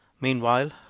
meanwhile